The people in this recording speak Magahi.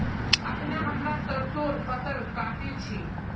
अखना हमरा सरसोंर फसल काटील छि